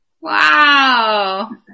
Wow